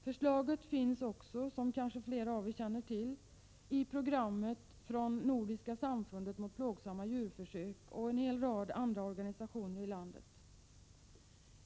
Förslaget finns även, som flera kanske känner till, i program från Nordiska samfundet mot plågsamma djurförsök och en hel rad andra organisationer i landet.